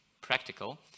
practical